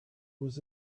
was